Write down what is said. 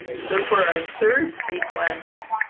so for our third sequence,